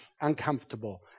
uncomfortable